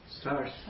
Stars